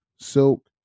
Silk